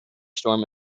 storm